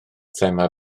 thema